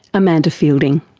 amanda feilding.